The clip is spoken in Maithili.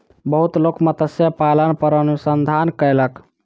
बहुत लोक मत्स्य पालन पर अनुसंधान कयलक